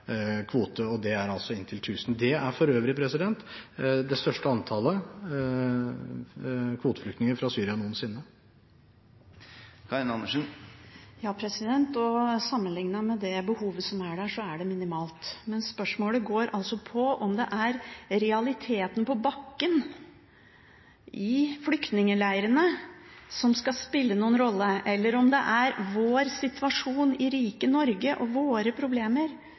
kvote, og det er altså inntil 1 000. Det er for øvrig det største antallet kvoteflyktninger fra Syria noensinne. Sammenlignet med det behovet som er der, er det minimalt. Men spørsmålet handler altså om om det er realiteten på bakken i flyktningleirene som skal spille noen rolle, eller om det er vår situasjon i rike Norge og våre problemer